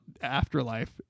afterlife